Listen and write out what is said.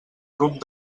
grup